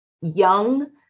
young